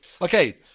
okay